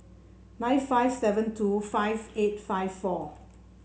nine five seven two five eight five four